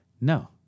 No